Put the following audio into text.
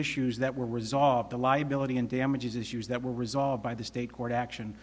issues that were resolved the liability and damages issues that were resolved by the state court action